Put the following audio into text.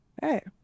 Hey